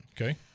Okay